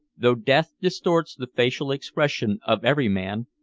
though death distorts the facial expression of every man,